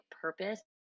purpose